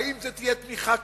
האם זו תהיה תמיכה כזאת,